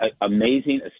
amazing